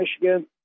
Michigan